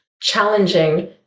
challenging